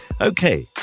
Okay